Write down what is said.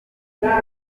ibyo